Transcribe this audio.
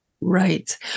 Right